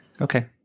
okay